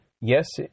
yes